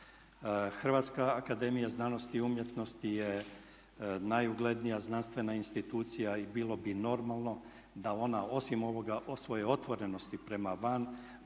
Hrvatska akademija znanosti i umjetnosti je najuglednija znanstvena institucija i bilo bi normalno da ona osim ovoga o svojoj otvorenosti prema van